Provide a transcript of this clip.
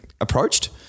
approached